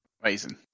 Amazing